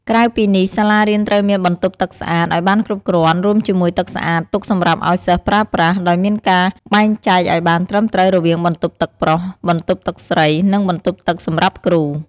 ក្រៅពីនេះសាលារៀនត្រូវមានបន្ទប់ទឹកស្អាតឲ្យបានគ្រប់គ្រាន់រួមជាមួយទឹកស្អាតទុកសម្រាប់ឲ្យសិស្សប្រើប្រាស់ ដោយមានការបែងចែកឲ្យបានត្រឹមត្រូវរវាងបន្ទប់ទឹកប្រុស បន្ទប់ទឹកស្រី និងបន្ទប់ទឹកសម្រាប់គ្រូ។